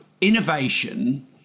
innovation